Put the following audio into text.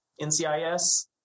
NCIS